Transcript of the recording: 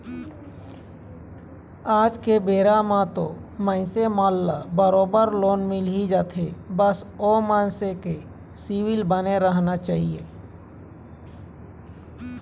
आज के बेरा म तो मनखे मन ल बरोबर लोन मिलही जाथे बस ओ मनखे के सिविल बने रहना चाही